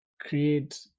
create